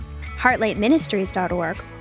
HeartlightMinistries.org